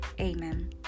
Amen